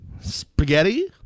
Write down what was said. Spaghetti